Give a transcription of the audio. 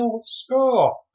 score